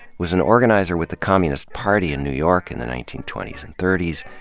was an organizer with the communist party in new york in the nineteen twenty s and thirty s.